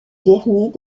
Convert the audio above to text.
vernis